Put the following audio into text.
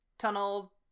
Tunnel